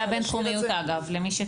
אגב, זה